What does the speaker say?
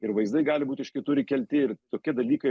ir vaizdai gali būt iš kitur įkelti ir tokie dalykai